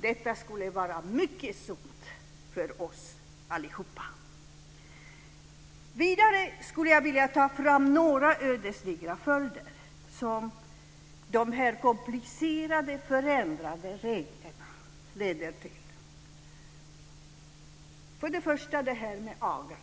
Detta skulle vara mycket sunt för oss alla. Vidare skulle jag vilja ta fram några ödesdigra följder som de komplicerade förändrade reglerna leder till. Först och främst är det AGAN.